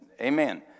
Amen